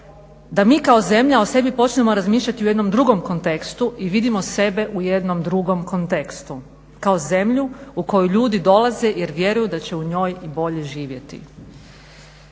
da mi kao zemlja o sebi počnemo razmišljati u jednom drugom kontekstu i vidimo sebe u jednom drugom kontekstu kao zemlju u koju ljudi dolaze jer vjeruju da će u njoj i bolje živjeti.